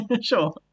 Sure